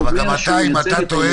אם אתה טוען